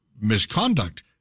misconduct